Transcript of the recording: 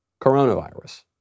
coronavirus